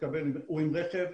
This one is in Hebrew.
הוא עם רכב,